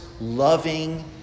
loving